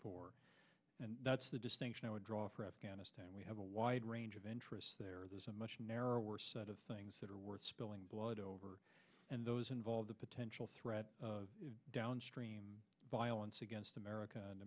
for and that's the distinction i would draw for afghanistan we have a wide range of interests there is a much narrower set of things that are worth spilling blood over and those involve the potential threat downstream violence against america and